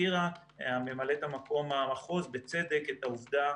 הזכירה ממלאת-מקום המחוז בצדק את העובדה